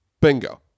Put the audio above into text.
Bingo